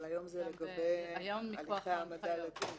אבל היום זה לגבי הליכי העמדה לדין,